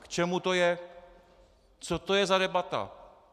K čemu to je, co to je za debatu?